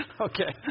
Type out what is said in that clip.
Okay